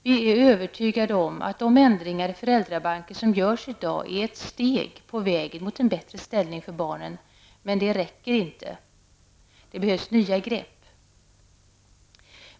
Vi är övertygade om att de ändringar i föräldrabalken som görs i dag är ett steg på vägen mot en bättre samhällsställning för barnen, men det räcker inte. Det behövs nya grepp.